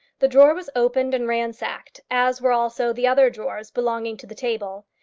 the drawer was opened and ransacked, as were also the other drawers belonging to the table.